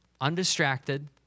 Undistracted